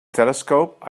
telescope